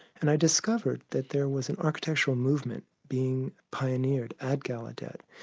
and i discovered that there was an architectural movement being pioneered at gallaudet,